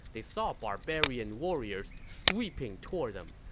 they saw barbarian warriors sweeping toward them.